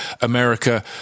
America